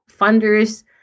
funders